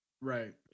Right